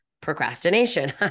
procrastination